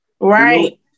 Right